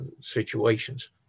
situations